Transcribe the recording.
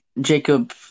Jacob